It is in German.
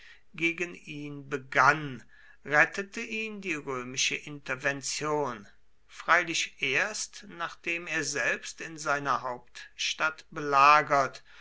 gegen ihn begann rettete ihn die römische intervention freilich erst nachdem er selbst in seiner hauptstadt belagert